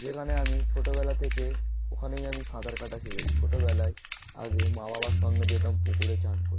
যেখানে আমি ছোটোবেলা থেকে ওখানেই আমি সাঁতার কাটা শেখেছি ছোটোবেলায় আগে মা বাবার সঙ্গে যেতাম পুকুরে স্নান করে